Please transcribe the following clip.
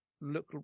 look